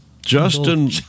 Justin